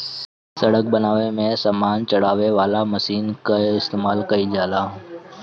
सड़क बनावे में सामान चढ़ावे वाला मशीन कअ इस्तेमाल कइल जाला